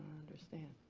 understand.